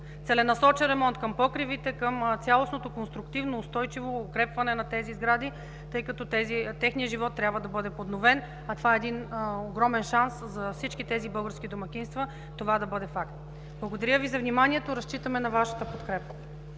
целенасочен ремонт към покривите, към цялостното конструктивно, устойчиво укрепване на тези сгради, тъй като техният живот трябва да бъде подновен, а това е един огромен шанс за всички тези български домакинства това да бъде факт. Благодаря Ви за вниманието. Разчитаме на Вашата подкрепа.